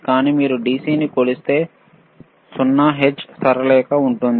కానీ మీరు DC ని కొలిస్తే 0 హెర్ట్జ్ సరళ రేఖ ఉంటుంది